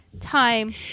time